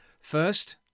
First